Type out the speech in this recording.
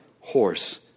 horse